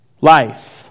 life